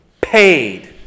Paid